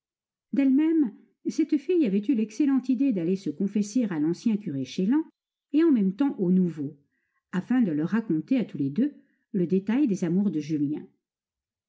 d'elle-même cette fille avait eu l'excellente idée d'aller se confesser à l'ancien curé chélan et en même temps au nouveau afin de leur raconter à tous les deux le détail des amours de julien